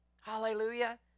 Hallelujah